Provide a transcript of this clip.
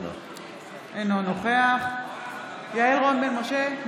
אינו נוכח יעל רון בן משה,